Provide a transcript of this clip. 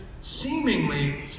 seemingly